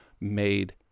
made